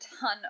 ton